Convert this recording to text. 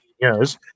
years